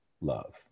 love